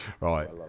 Right